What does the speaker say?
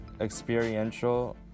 experiential